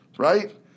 Right